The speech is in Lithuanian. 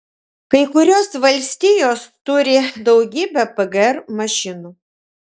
kai kurios valstijos turi daugybę pgr mašinų